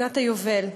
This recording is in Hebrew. שנת היובל,